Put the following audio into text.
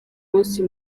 munsi